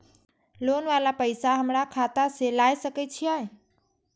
Loan वाला पैसा हमरा खाता से लाय सके छीये?